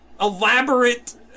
elaborate